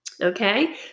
Okay